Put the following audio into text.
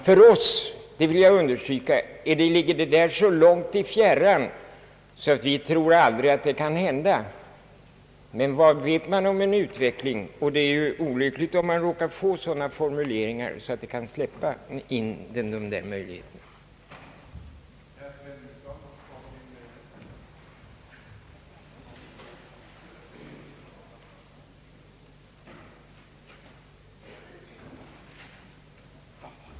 Vi reservanter kan aldrig tro att någonting sådant som då hände i andra länder skulle kunna inträffa i dag, men vi vet inte hur utvecklingen kommer att gestalta sig, och det vore olyckligt med formulerngar som skulle kunna släppa in en möjlighet därtill.